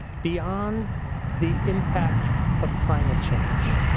beyond the impact of climate change,